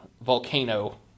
volcano